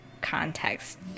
context